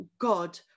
God